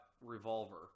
revolver